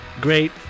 great